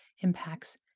impacts